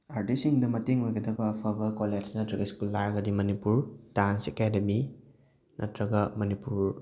ꯑꯥꯔꯇꯤꯁꯁꯤꯡꯗ ꯃꯇꯦꯡ ꯑꯣꯏꯒꯗꯕ ꯑꯐꯕ ꯀꯣꯂꯦꯁ ꯅꯠꯇ꯭ꯔꯒ ꯁ꯭ꯀꯨꯜ ꯍꯥꯏꯔꯒꯗꯤ ꯃꯅꯤꯄꯨꯔ ꯗꯥꯟꯁ ꯑꯦꯀꯥꯗꯦꯃꯤ ꯅꯠꯇ꯭ꯔꯒ ꯃꯅꯤꯄꯨꯔ